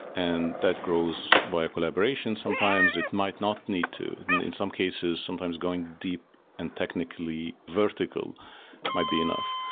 and that grows by a collaboration, sometimes it might not need to. in some cases, sometimes going deep and technically vertical might be enough.